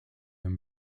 him